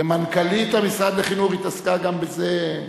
כמנכ"לית המשרד לחינוך, היא התעסקה גם בזה.